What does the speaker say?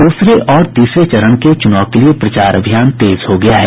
दूसरे और तीसरे चरण के चुनाव के लिए प्रचार अभियान तेज हो गया है